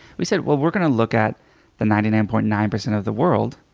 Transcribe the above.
we said we're going to look at the ninety nine point nine percent of the world